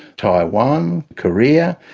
taiwan, korea,